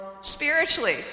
spiritually